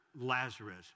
Lazarus